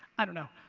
i don't know.